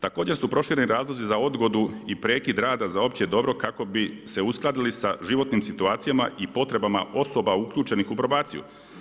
Također su prošireni razlozi za odgodu i prekid rada za opće dobro kako bi se uskladili sa životnim situacijama i potrebama osoba uključenih u probaciju.